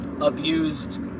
abused